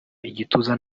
igituza